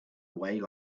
away